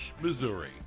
Missouri